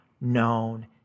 known